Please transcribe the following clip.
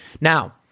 Now